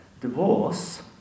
Divorce